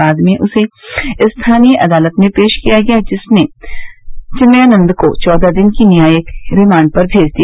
बाद में उसे स्थानीय अदालत में पेश किया गया जिसने चिन्मयानंद को चौदह दिन की न्यायायिक रिमांड पर भेज दिया